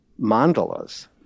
mandalas